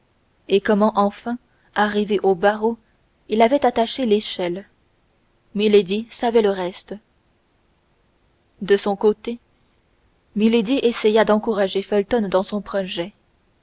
et comment enfin arrivé aux barreaux il avait attaché l'échelle milady savait le reste de son côté milady essaya d'encourager felton dans son projet